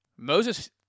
Moses